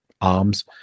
arms